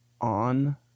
on